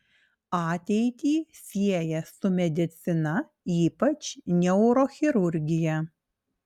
ateitį sieja su medicina ypač neurochirurgija